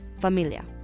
familia